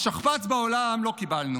אז שכפ"ץ בעולם לא קיבלנו,